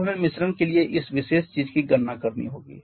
अब हमें मिश्रण के लिए इस विशेष चीज़ की गणना करनी होगी